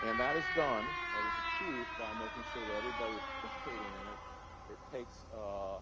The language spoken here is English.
and that is done, that is achieved by making sure that everybody participating in it it takes ah